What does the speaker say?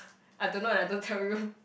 I don't know and I don't tell you